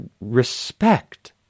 respect